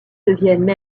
deviennent